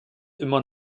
immer